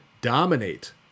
dominate